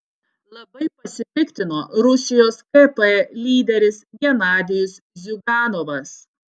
labai pasipiktino rusijos kp lyderis genadijus ziuganovas